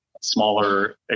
smaller